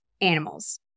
animals